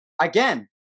Again